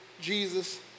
Jesus